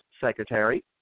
secretary